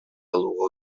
алууга